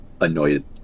annoyed